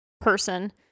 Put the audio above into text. person